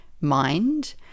mind